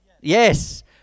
Yes